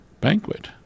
banquet